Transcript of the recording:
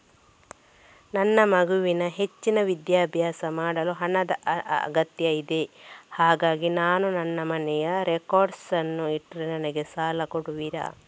ನನ್ನ ಮಗನಿಗೆ ಹೆಚ್ಚಿನ ವಿದ್ಯಾಭ್ಯಾಸ ಮಾಡಲು ಹಣದ ಅಗತ್ಯ ಇದೆ ಹಾಗಾಗಿ ನಾನು ನನ್ನ ಮನೆಯ ರೆಕಾರ್ಡ್ಸ್ ಅನ್ನು ಇಟ್ರೆ ನನಗೆ ಸಾಲ ಕೊಡುವಿರಾ?